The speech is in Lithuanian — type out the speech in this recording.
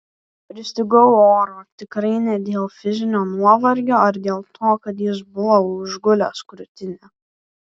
pristigau oro tikrai ne dėl fizinio nuovargio ar dėl to kad jis buvo užgulęs krūtinę